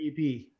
EP